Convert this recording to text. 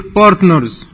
partners